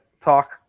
talk